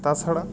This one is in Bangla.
তা ছাড়া